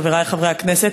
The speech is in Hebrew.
חברי חברי הכנסת,